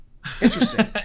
Interesting